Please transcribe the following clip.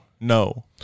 no